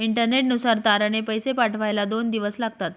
इंटरनेटनुसार तारने पैसे पाठवायला दोन दिवस लागतात